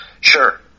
sure